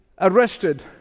arrested